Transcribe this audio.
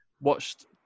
watched